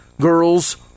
girls